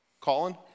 Colin